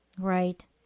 Right